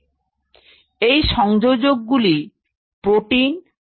এই সংযোজকগুলিকে প্রযুক্তির ভাষায় বলে গ্যাপ জংশন এবং এগুলি প্রোটিন ছাড়া আর কিছুই নয়